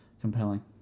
compelling